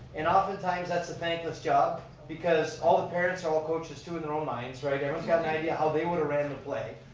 and often times that's a thankless job because all the parents are all coaches too, in their own minds. right, everyone's got an idea how they would have ran the play.